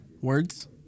words